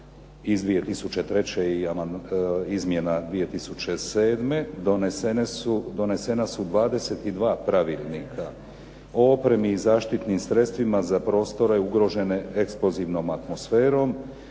iz 2003. i izmjena 2007. donesena su 22 pravilnika. O opremi i zaštitnim sredstvima za prostore ugrožene eksplozivnom atmosferom,